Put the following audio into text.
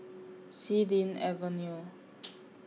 Xilin Avenue